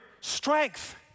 strength